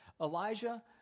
Elijah